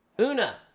Una